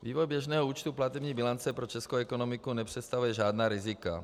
Vývoj běžného účtu platební bilance pro českou ekonomiku nepředstavuje žádná rizika.